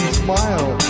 smile